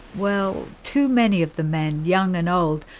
well too many of the men, young and old,